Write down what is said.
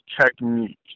technique